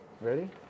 Ready